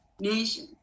nation